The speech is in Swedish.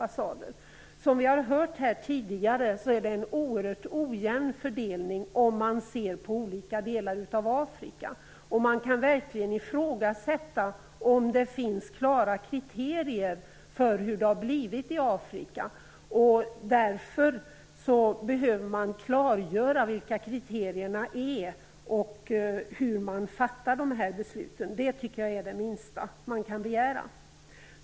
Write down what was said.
Som vi tidigare har hört är det en oerhört ojämn fördelning i olika delar av Afrika. Man kan verkligen ifrågasätta om det finns klara kriterier för hur det har blivit i Afrika. Därför behöver man klargöra vilka kriterierna är och hur man fattar besluten. Det är det minsta man kan begära.